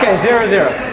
zero zero.